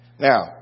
Now